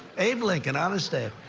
abe lynnincoln, honest abe.